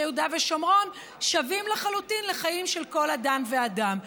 יהודה ושומרון שווים לחלוטין לחיים של כל אדם ואדם.